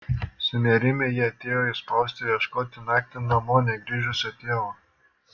sunerimę jie atėjo į spaustuvę ieškoti naktį namo negrįžusio tėvo